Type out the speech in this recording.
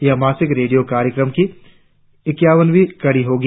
यह मासिक रेडियों कार्यक्रम की इक्यावनवीं कड़ी होगी